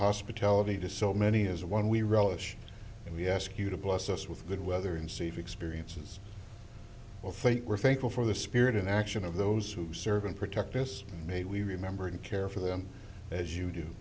hospitality to so many is one we relish and we ask you to bless us with good weather and see if experiences will think we're thankful for the spirit in action of those who serve and protect us may we remember and care for them as you do